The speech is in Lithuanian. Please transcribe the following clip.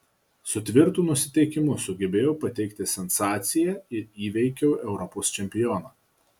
su tvirtu nusiteikimu sugebėjau pateikti sensaciją ir įveikiau europos čempioną